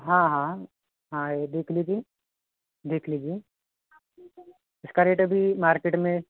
हाँ हाँ ये देख लीजिए देख लीजिए इसका रेट अभी मार्केट में